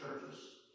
churches